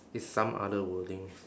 it's some other wordings